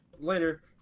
later